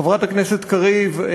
חברת הכנסת קריב,